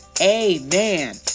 Amen